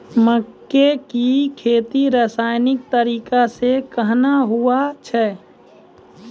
मक्के की खेती रसायनिक तरीका से कहना हुआ छ?